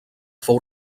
fou